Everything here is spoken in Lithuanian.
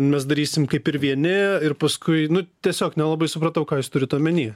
mes darysim kaip ir vieni ir paskui nu tiesiog nelabai supratau ką jūs turit omeny